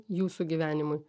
jūsų gyvenimui